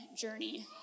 journey